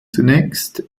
zunächst